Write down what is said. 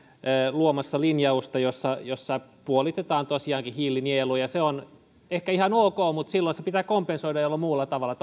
luomassa linjausta jossa jossa puolitetaan tosiaankin hiilinielu ja se on ehkä ihan ok mutta silloin se pitää kompensoida jollain muulla tavalla